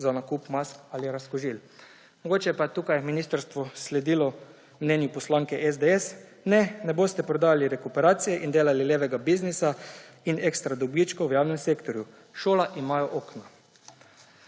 za nakup mask ali razkužil. Mogoče pa je tukaj ministrstvo sledilo mnenju poslanke SDS: »Ne, ne boste prodajali rekuperacije in delali levega biznisa in ekstra dobičkov v javnem sektorju. Šole imajo okna.«